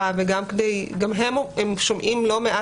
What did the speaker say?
האם גבו או לא?